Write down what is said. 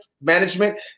Management